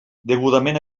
degudament